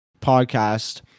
podcast